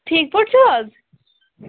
ٹھیٖک پٲٹھۍ چھِو حظ